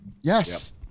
Yes